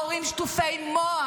ההורים שטופי מוח,